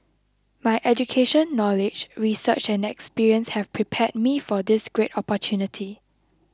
my education knowledge research and experience have prepared me for this great opportunity